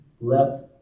left